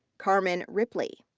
carmen ripley.